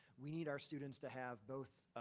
we need our students to have both